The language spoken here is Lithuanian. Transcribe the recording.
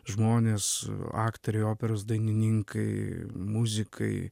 žmonės aktoriai operos dainininkai muzikai